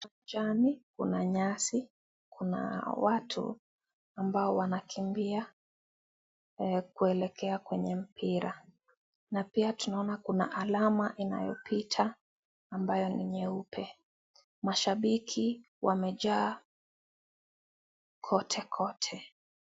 Pichani, kuna nyasi. Kuna watu ambao wanakimbia kuelekea kwenye mpira. Na pia tunaona kuna alama inayopita ambayo ni nyeupe. Mashabiki wamejaa kote kote.